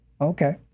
Okay